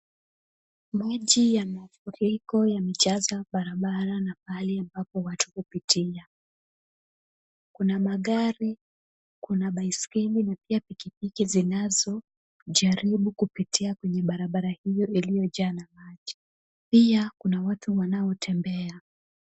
Maji ya mafuriko yamejaza barabara na pahali ambapo watu hupitia. Kuna magari, kuna baiskeli na pia pikipiki zinazojaribu kupitia kwenye barabara hiyo iliyojaa na maji. Pia kuna watu wanaotembea.